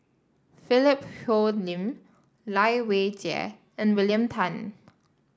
Philip Hoalim Lai Weijie and William Tan